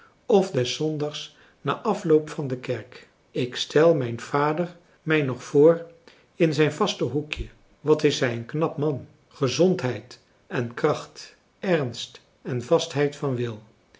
of des zondags na afloop van de kerk ik stel mijn vader mij nog voor in zijn vaste hoekje wat is hij een knap man gezondheid en kracht ernst en vastheid van wil